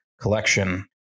collection